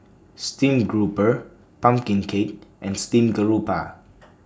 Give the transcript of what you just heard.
Stream Grouper Pumpkin Cake and Steamed Garoupa